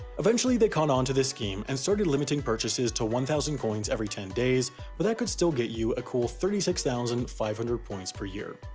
eventually, they caught onto this scheme and started limiting purchases to one thousand coins every ten days, but that could still get you a cool thirty six thousand five hundred points per year.